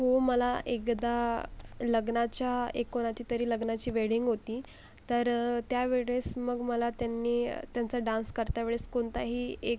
हो मला एकदा लग्नाच्या एक कोणाच्या तरी लग्नाची वेडिंग होती तर त्या वेळेस मग मला त्यांनी त्यांचा डान्स करत्या वेळेस कोणताही एक